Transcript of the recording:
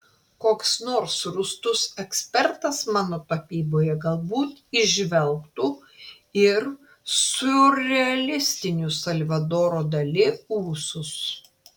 koks nors rūstus ekspertas mano tapyboje galbūt įžvelgtų ir siurrealistinius salvadoro dali ūsus